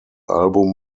album